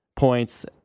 points